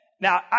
Now